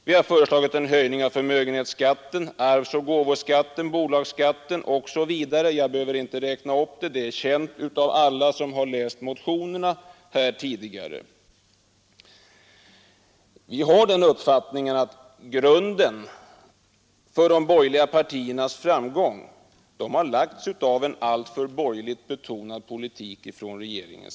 Vi har föreslagit en höjning av förmögenhetsskatten, av räkna upp mera, eftersom det är känt av alla som har läst våra motioner tidigare. arvsoch gåvoskatten, bolagsskatten osv. jag behöver inte Men förslagen har gemensamt avvisats av regeringen och de borgerliga partierna. Vi har den uppfattningen att grunden för de borgerliga partiernas framgång har lagts av en alltför borgerligt betonad politik från regeringen.